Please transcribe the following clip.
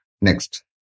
Next